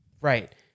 Right